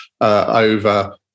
over